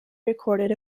recorded